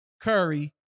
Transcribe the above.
Curry